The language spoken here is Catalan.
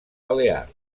balear